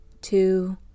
two